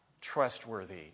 trustworthy